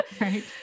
right